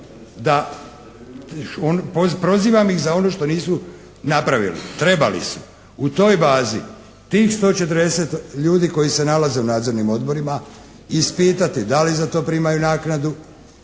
da, prozivam ih za ono što nisu napravili. Trebali su u toj bazi tih 140 ljudi koji se nalaze u nadzornim odborima ispitati da li za to primaju naknadu,